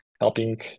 helping